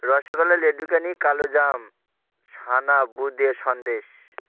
রসগোল্লা লেডিকেনি কালো জাম ছানা বোঁদে সন্দেশ